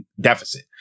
deficit